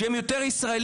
שהם יותר ישראלים,